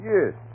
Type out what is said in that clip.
Yes